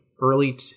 early